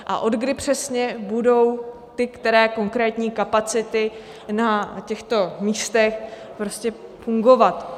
A od kdy přesně budou ty které konkrétní kapacity na těchto místech fungovat.